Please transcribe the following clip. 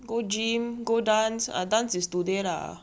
go gym go dance dance is today lah